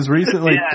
recently